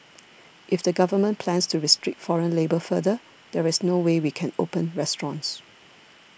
if the Government plans to restrict foreign labour further there is no way we can open restaurants